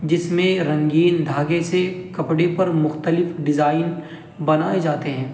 جس میں رنگین دھاگے سے کپڑے پر مختلف ڈیزائن بنائے جاتے ہیں